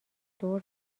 دور